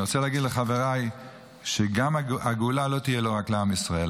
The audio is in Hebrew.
ואני רוצה להגיד לחבריי שגם הגאולה לא תהיה רק לעם ישראל,